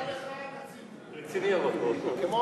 כמו